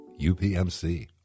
UPMC